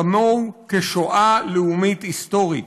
כמוהו כשואה לאומית היסטורית.